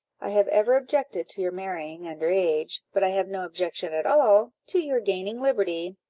i have ever objected to your marrying under age, but i have no objection at all to your gaining liberty,